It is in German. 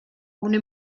ohne